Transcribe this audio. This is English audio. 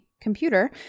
computer